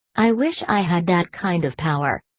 i wish i had that kind of power.